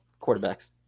quarterbacks